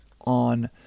on